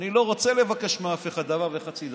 אני לא רוצה לבקש מאף אחד דבר וחצי דבר.